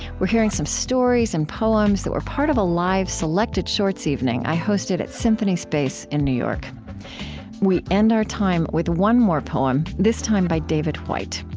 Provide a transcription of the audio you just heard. we're hearing some stories and poems that were part of a live selected shorts evening i hosted at symphony space in new york we end our time with one more poem, this time by david whyte.